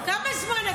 הם מתים.